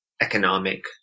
economic